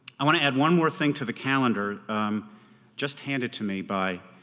i want to add one more thing to the calendar just handed to me by